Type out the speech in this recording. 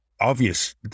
obvious